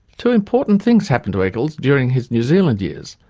two important things happened to eccles during his new zealand years,